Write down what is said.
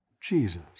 Jesus